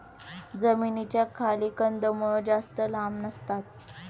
जमिनीच्या खाली कंदमुळं जास्त लांब नसतात